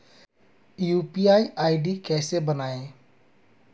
UPI ID कैसे बनाएं?